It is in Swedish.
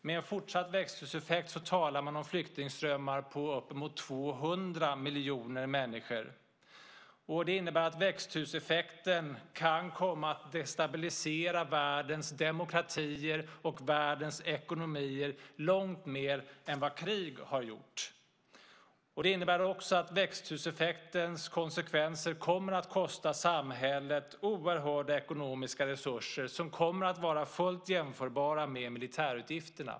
Med en fortsatt växthuseffekt talar man om flyktingströmmar på uppemot 200 miljoner människor. Det innebär att växthuseffekten kan komma att destabilisera världens demokratier och världens ekonomier långt mer än vad krig har gjort. Det innebär också att växthuseffektens konsekvenser kommer att kosta samhället oerhörda ekonomiska resurser som kommer att vara fullt jämförbara med militärutgifterna.